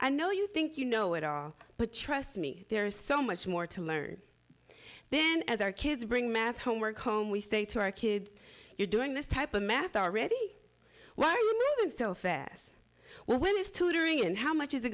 i know you think you know it all but trust me there is so much more to learn then as our kids bring math homework home we say to our kids you're doing this type of math already why are you moving so fast when is tutoring and how much is it